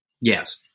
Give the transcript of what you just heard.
yes